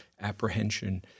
apprehension